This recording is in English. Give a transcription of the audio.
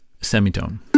semitone